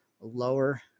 lower